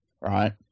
right